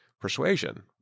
persuasion